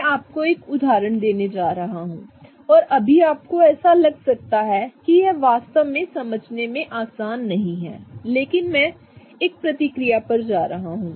मैं आपको एक उदाहरण देने जा रहा हूं और अभी आपको ऐसा लग सकता है कि यह वास्तव में समझने में आसान नहीं है लेकिन मैं एक प्रतिक्रिया पर जा रहा हूं